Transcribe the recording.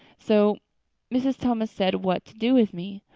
so mrs. thomas said, what to do with me.